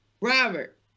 Robert